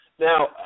Now